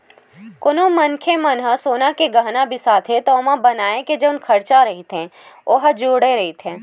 कोनो मनखे मन ह सोना के गहना बिसाथे त ओमा बनाए के जउन खरचा रहिथे ओ ह जुड़े रहिथे